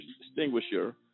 extinguisher